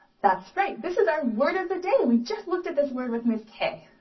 that's right, this is our word of the day. we just looked at this word with miss kay.